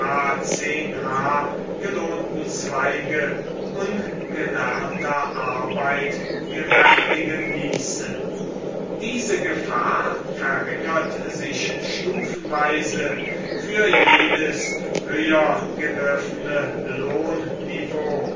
h gelohnten zweige ungelernter arbeit gewärtigen ließe diese gefahr verringert sich stufenweise für jedes höher gegriffene lohnniveau